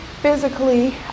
physically